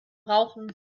brauchen